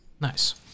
Nice